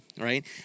Right